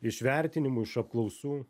iš vertinimų iš apklausų